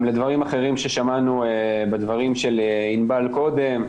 לדברים אחרים ששמענו בדברים של ענבל קודם,